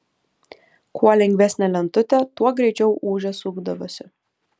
kuo lengvesnė lentutė tuo greičiau ūžė sukdavosi